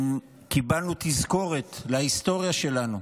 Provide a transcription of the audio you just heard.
קיבלנו תזכורת להיסטוריה שלנו,